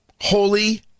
Holy